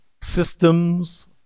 systems